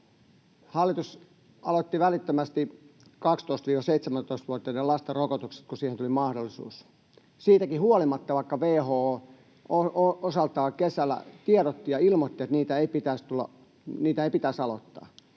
hallitus aloitti välittömästi 12—17-vuotiaiden lasten rokotukset, kun siihen tuli mahdollisuus — siitäkin huolimatta, että WHO osaltaan kesällä tiedotti ja ilmoitti, että niitä ei pitäisi aloittaa.